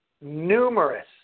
numerous